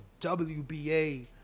WBA